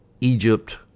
Egypt